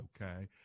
okay